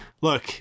look